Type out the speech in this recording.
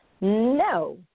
no